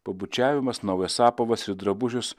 pabučiavimas naujas apavas ir drabužis